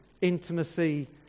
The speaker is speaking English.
intimacy